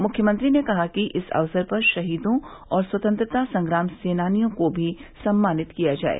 मुख्यमंत्री ने कहा कि इस अवसर पर शहीदों और स्वतंत्रता संग्राम सेनानियों को भी सम्मानित किया जाये